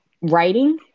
writing